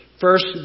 First